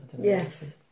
yes